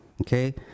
okay